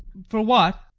for what?